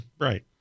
right